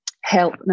help